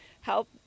help